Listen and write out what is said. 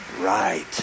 right